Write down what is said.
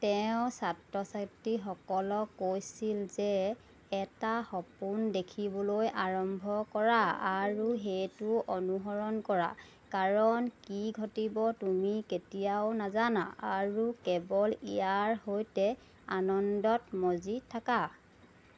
তেওঁ ছাত্ৰ ছাত্ৰীসকলক কৈছিল যে এটা সপোন দেখিবলৈ আৰম্ভ কৰা আৰু সেইটো অনুসৰণ কৰা কাৰণ কি ঘটিব তুমি কেতিয়াও নাজানা আৰু কেৱল ইয়াৰ সৈতে আনন্দত মজি থাকা